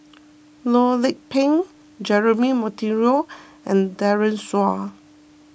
Loh Lik Peng Jeremy Monteiro and Daren Shiau